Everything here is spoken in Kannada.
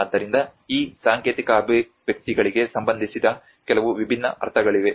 ಆದ್ದರಿಂದ ಈ ಸಾಂಕೇತಿಕ ಅಭಿವ್ಯಕ್ತಿಗಳಿಗೆ ಸಂಬಂಧಿಸಿದ ಕೆಲವು ವಿಭಿನ್ನ ಅರ್ಥಗಳಿವೆ